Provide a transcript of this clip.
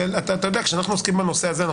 כשאנחנו עוסקים בנושא הזה,